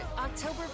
october